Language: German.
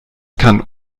kann